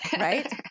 Right